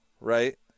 right